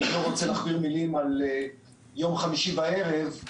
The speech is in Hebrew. אני לא רוצה להכביר במילים על יום חמישי בערב.